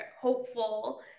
hopeful